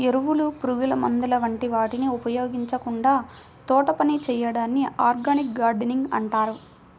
ఎరువులు, పురుగుమందుల వంటి వాటిని ఉపయోగించకుండా తోటపని చేయడాన్ని ఆర్గానిక్ గార్డెనింగ్ అంటారు